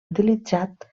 utilitzat